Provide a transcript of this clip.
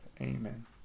Amen